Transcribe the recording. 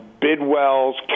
Bidwell's